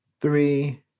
three